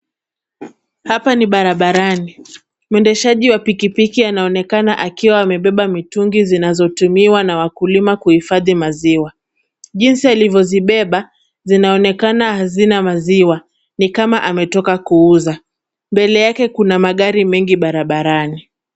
Hapa ni barabarani mwendeshaji wa pikipiki anaonekana akiwa amebeba mitungi zinazotumiwa na wakulima kuhifadhi maziwa jinsi alivyozibeba zinaonekana hazina maziwa ni kama ametoka kuuza mbele yake kuna magari mengi barabarani.